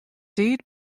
tiid